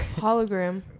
hologram